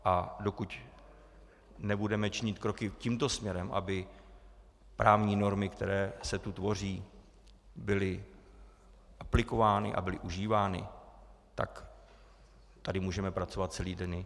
A dokud nebudeme činit kroky tímto směrem, aby právní normy, které se tu tvoří, byly aplikovány a byly užívány, tak tady můžeme pracovat celé dny.